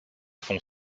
font